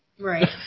Right